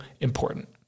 important